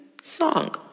song